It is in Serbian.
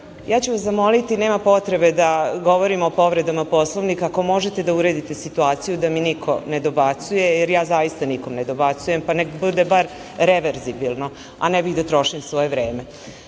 vas, nema potreba da govorimo o povredama Poslovnika, ako možete da uredite situaciju da mi niko ne dobacuje, jer ja zaista nikome ne dobacujem, pa nek bude bar reverzibilno, a ne bih da trošim svoje